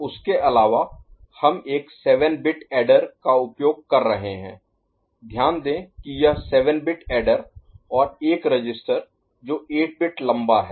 और उसके अलावा हम एक 7 बिट ऐडर का उपयोग कर रहे हैं ध्यान दें कि यह 7 बिट ऐडर और एक रजिस्टर जो 8 बिट लंबा है